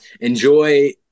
enjoy